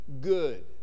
good